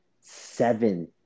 seven